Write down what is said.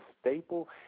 staple